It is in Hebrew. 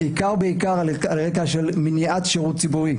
בעיקר בעיקר על רקע של מניעת שירות ציבורי.